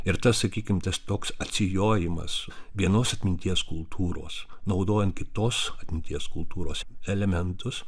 ir tas sakykim tas toks atsijojimas vienos atminties kultūros naudojant kitos atminties kultūros elementus